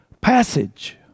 passage